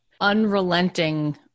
unrelenting